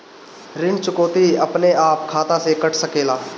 ऋण चुकौती अपने आप खाता से कट सकेला?